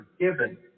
forgiven